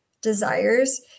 desires